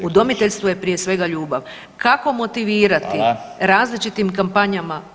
Udomiteljstvo je prije svega ljubav [[Upadica Radin: Hvala.]] Kako motivirati različitim kampanjama.